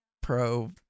Pro